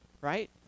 Right